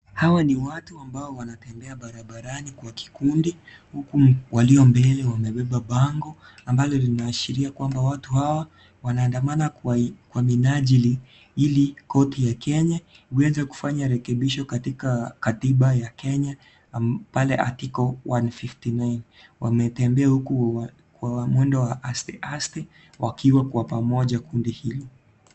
Hawa ni watu ambao wanatembea barabarani kwa kikundi, huku walio mbele wamebeba bango ambalo linaashiria kwamba watu hawa wanaandamana kwa minaajili ili koti ya Kenya iweze kufanya rekebisho katika katiba ya Kenya pale Article 159.Wanatembea huku mwendo wa aste aste wakiwa kwa pamoja kundi hili.